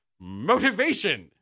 motivation